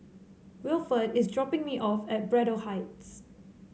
Wilford is dropping me off at Braddell Heights